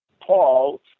Paul